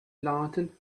lantern